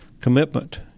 commitment